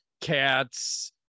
cats